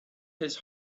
his